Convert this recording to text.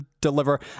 deliver